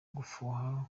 gufuha